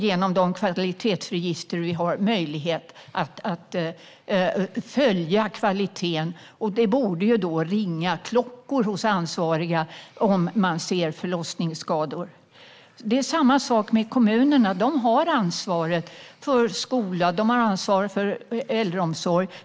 Genom kvalitetsregistren har vi möjlighet att följa kvaliteten. Det borde ringa klockor hos ansvariga om man ser förlossningsskador. Kommunerna har ansvar för skola och äldreomsorg.